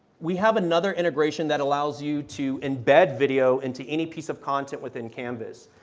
we have another integration that allows you to embed video into any piece of content within canvas.